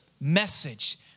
message